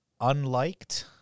unliked